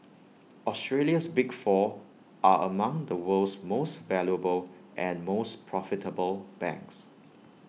Australia's big four are among the world's most valuable and most profitable banks